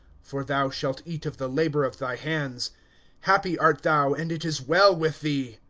for thou shalt eat of the labor of thy hands happy art thou, and it is well with thee!